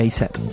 set